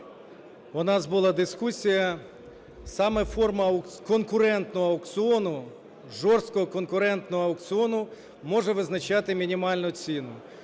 У нас була дискусія. Саме форма конкурентного аукціону, жорсткого конкурентного аукціону, може визначати мінімальну ціну.